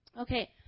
Okay